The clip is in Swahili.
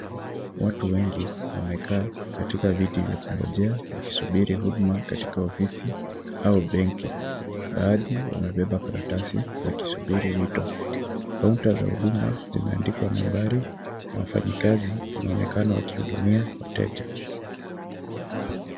Watu wengi wamekaa katika viti vya kungojea wakisubiri huduma katika ofisi au benki. Baadhi wamebeba karatasi wakisubiri wito. Kaunta za huduma zimeandikwa nambari na wafanyikazi wanaonekana wakihudumia wateja.